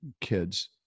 kids